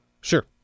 Sure